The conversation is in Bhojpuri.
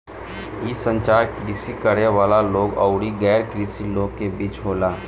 इ संचार कृषि करे वाला लोग अउरी गैर कृषि लोग के बीच होला